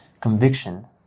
conviction